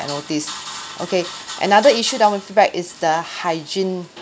I noticed okay another issue that I want to feedback is the hygiene